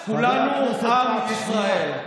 כולנו עם ישראל.